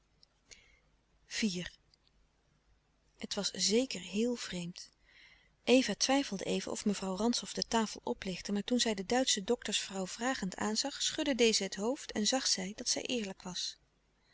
het was zeker heel vreemd eva twijfelde even of mevrouw rantzow louis couperus de stille kracht de tafel oplichtte maar toen zij de duitsche doktersvrouw vragend aanzag schudde deze het hoofd en zag zij dat zij eerlijk was